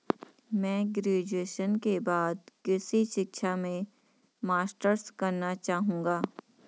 मैं ग्रेजुएशन के बाद कृषि शिक्षा में मास्टर्स करना चाहूंगा